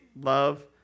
love